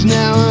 now